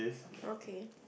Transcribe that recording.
okay